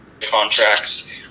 contracts